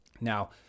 Now